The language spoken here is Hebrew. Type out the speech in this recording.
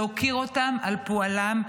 להוקיר אותם על פועלם,